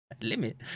limit